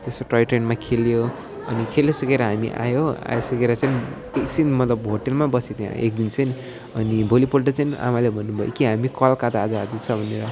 त्यसो टोय ट्रेनमै खेल्यो अनि खेलिसकेर हामी आयो आइसकेर चाहिँ एकछिन मतलब होटेलमा बस्यो त्यहाँ एकदिन चाहिँ अनि भोलिपल्ट चाहिँ आमाले भन्नुभयो कि हामी कलकत्ता आ जाँदैछ भनेर